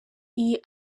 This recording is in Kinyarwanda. iyi